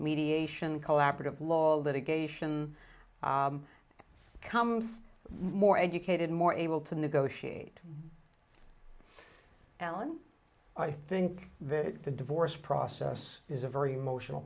mediation collaborative law litigation comes more educated more able to negotiate ellen i think the divorce process is a very emotional